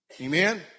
Amen